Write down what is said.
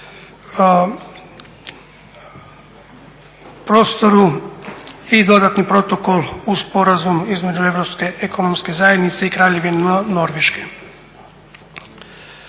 prostoru i dodatni protokol o Sporazumu između Europske ekonomske zajednice i Kraljevine Norveške.